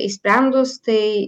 išsprendus tai